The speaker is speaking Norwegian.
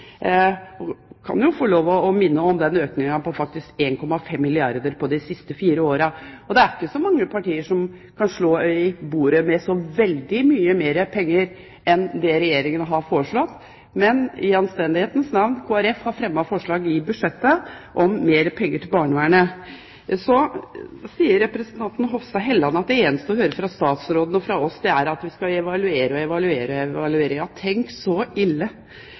kan jo få lov til å minne om økningen på 1,5 milliarder de siste fire årene. Det er ikke så mange partier som kan slå i bordet med så veldig mye mer penger enn det Regjeringen har foreslått. Men i anstendighetens navn: Kristelig Folkeparti har fremmet forslag i budsjettet om mer penger til barnevernet. Så sier representanten Hofstad Helleland at det eneste hun hører fra statsråden og fra oss, er at man skal evaluere og evaluere. Tenk, så ille